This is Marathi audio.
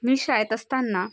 मी शाळेत असताना